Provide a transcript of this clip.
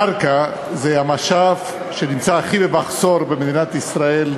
קרקע היא המשאב שהוא הכי במחסור במדינת ישראל,